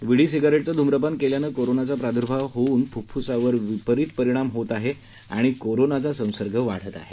विडी सिगारेटचं धुम्रपान केल्यानं कोरोनाचा प्रादूर्भाव होऊन फुफुसावर विपरीत परिणाम होत आहे आणि कोरोनाचा संसर्ग वाढत आहे